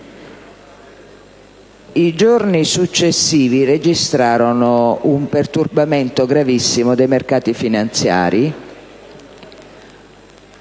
I giorni successivi registrarono un perturbamento gravissimo dei mercati finanziari,